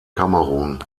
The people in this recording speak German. kamerun